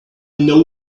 know